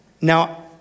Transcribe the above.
Now